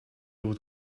old